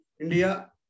India